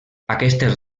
aquestes